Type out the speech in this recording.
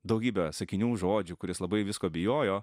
daugybę sakinių žodžių kuris labai visko bijojo